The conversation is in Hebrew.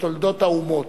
לא היה בתולדות האומות.